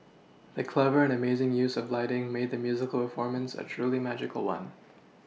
the clever and amazing use of lighting made the musical performance a truly magical one